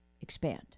expand